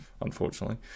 unfortunately